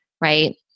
Right